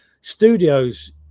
studios